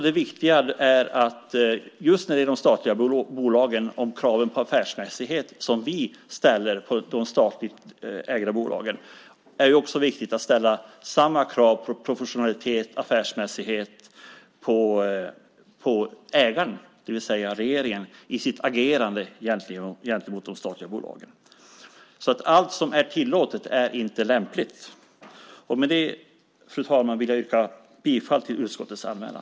Det viktiga är också de krav på affärsmässighet som vi ställer på de statligt ägda bolagen. Det är också viktigt ställa samma krav på professionalitet, affärsmässighet och ägande, det vill säga på regeringens agerande gentemot de statliga bolagen. Allt som är tillåtet är inte lämpligt. Fru talman! Jag yrkar på godkännande av utskottets anmälan.